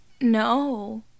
No